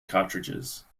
cartridges